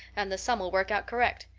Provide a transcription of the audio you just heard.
and the sum ll work out correct.